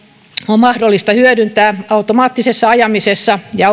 on mahdollista hyödyntää automaattisessa ajamisessa ja